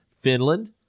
finland